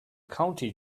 county